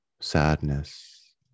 sadness